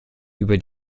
über